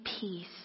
peace